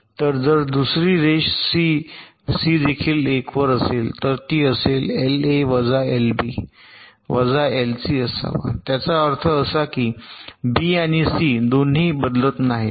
तर जर दुसरी रेष सी सी देखील 1 वर असेल तर ती असेल एलए वजा एलबी वजा एलसी असावा त्याचा अर्थ असा की बी आणि सी दोन्ही बदलत नाहीत